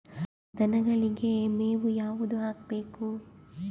ದನಗಳಿಗೆ ಮೇವು ಯಾವುದು ಹಾಕ್ಬೇಕು?